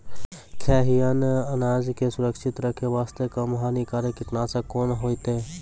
खैहियन अनाज के सुरक्षित रखे बास्ते, कम हानिकर कीटनासक कोंन होइतै?